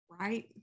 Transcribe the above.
right